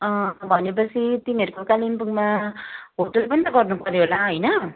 भनेपछि तिमीहरूको कालिम्पोङमा होटल पनि त गर्नुपऱ्यो होला होइन